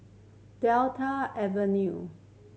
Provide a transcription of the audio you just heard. Delta Avenue